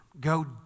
Go